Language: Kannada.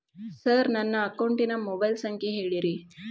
ಸರ್ ನನ್ನ ಅಕೌಂಟಿನ ಮೊಬೈಲ್ ಸಂಖ್ಯೆ ಹೇಳಿರಿ